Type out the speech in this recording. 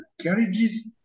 carriages